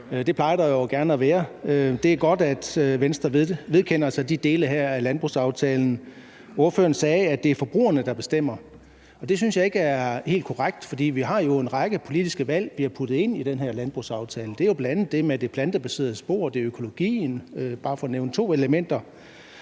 Det plejer der jo gerne at være. Det er godt, at Venstre vedkender sig de dele af landbrugsaftalen her. Ordføreren sagde, at det er forbrugerne, der bestemmer, og det synes jeg ikke er helt korrekt, for vi har jo en række politiske valg, vi har puttet ind i den her landbrugsaftale. Det er jo bl.a. det med det plantebaserede spor, og det er økologien – bare for at nævne to elementer.